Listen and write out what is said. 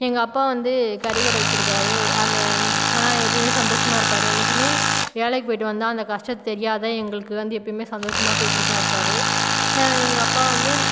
எங்கள் அப்பா வந்து கறிக்கடை வச்சிருக்கார் அந்த ஆனால் எப்பவுமே சந்தோஷமாக இருப்பார் என்றைக்குமே வேலைக்கு போயிட்டு வந்தால் அந்த கஷ்டத்தை தெரியாத எங்களுக்கு வந்து எப்பவுமே சந்தோஷமாக பேசிக்கிட்டுதான் இருப்பார் எங்கள் அப்பா வந்து